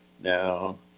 Now